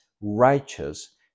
righteous